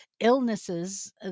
illnesses